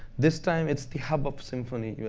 this time, it's the hub of symphony.